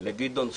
לגדעון סער,